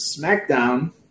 SmackDown